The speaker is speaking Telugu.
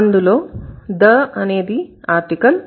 అందులో the అనేది ఆర్టికల్